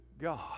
God